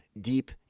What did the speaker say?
deep